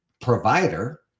provider